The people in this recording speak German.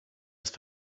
ist